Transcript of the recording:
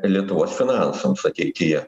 lietuvos finansams ateityje